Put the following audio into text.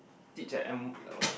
teach at M the what